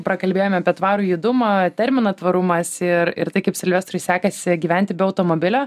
prakalbėjom apie tvarų judumą terminą tvarumas ir ir tai kaip silvestrui sekasi gyventi be automobilio